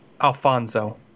Alfonso